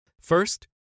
First